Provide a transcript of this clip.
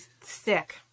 sick